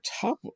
top